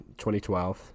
2012